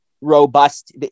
robust